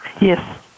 Yes